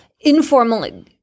informal –